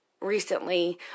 recently